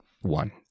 One